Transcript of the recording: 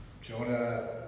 Jonah